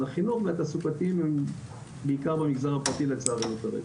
החינוך והתעסוקתי הוא בעיקר במגזר הפרטי לצערנו כרגע.